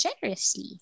generously